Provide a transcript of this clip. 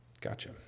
Gotcha